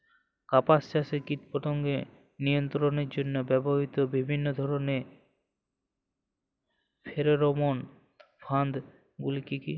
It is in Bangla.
কাপাস চাষে কীটপতঙ্গ নিয়ন্ত্রণের জন্য ব্যবহৃত বিভিন্ন ধরণের ফেরোমোন ফাঁদ গুলি কী?